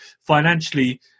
financially